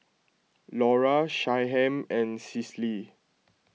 Lora Shyheim and Cicely